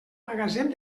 magatzem